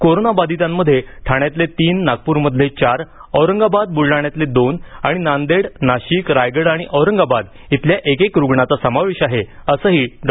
कोरोनाबाधितांमध्ये ठाण्यातले तीन नागपूरमधले चार औरंगाबाद बूलडाण्यातले दोन आणि नांदेड नाशिक रायगड औरंगाबाद इथल्या एकेक रुग्णाचा समावेश आहे असंही डॉ